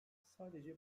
sadece